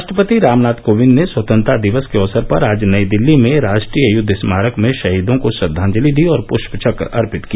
राष्ट्रपति रामनाथ कोविंद ने स्वतंत्रता दिवस के अवसर पर आज नई दिल्ली में राष्ट्रीय युद्व स्मारक में शहीदों को श्रद्वांजलि दी और पृष्पचक्र अर्पित किया